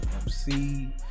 MC